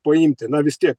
paimti na vis tiek